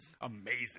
amazing